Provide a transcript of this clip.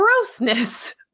grossness